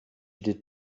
did